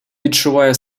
відчуває